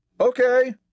Okay